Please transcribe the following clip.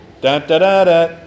Da-da-da-da